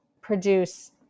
produce